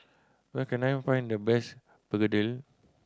where can I find the best begedil